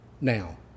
now